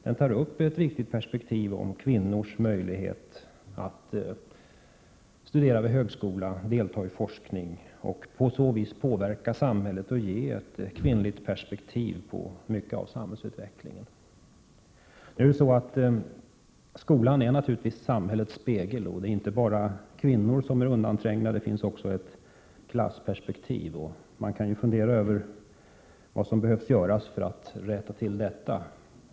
Den tar upp en viktig aspekt på kvinnors möjligheter att studera vid högskola och delta i forskning och på så sätt påverka samhället och ge ett kvinnligt perspektiv på mycket av samhällsutvecklingen. Skolan är naturligtvis samhällets spegel, och det är inte bara kvinnor som är undanträngda. Det finns också ett klassperspektiv. Man kan fundera över vad som behöver göras för att rätta till det.